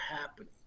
happening